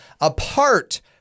apart